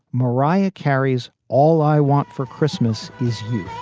mariah carey's all i want for christmas is you